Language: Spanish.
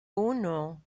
uno